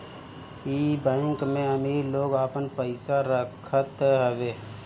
इ बैंक में अमीर लोग आपन पईसा रखत हवे